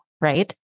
right